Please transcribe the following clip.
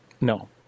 No